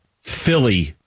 Philly